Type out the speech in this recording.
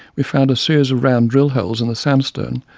we found a series of round drill holes in the sandstone,